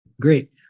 great